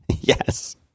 Yes